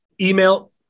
Email